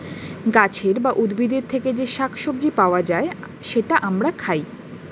গাছের বা উদ্ভিদের থেকে যে শাক সবজি পাওয়া যায়, সেটা আমরা খাই